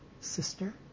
sister